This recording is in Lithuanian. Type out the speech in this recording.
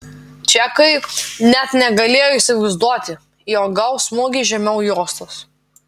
čekai net negalėjo įsivaizduoti jog gaus smūgį žemiau juostos